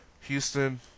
Houston